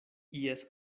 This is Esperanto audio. ies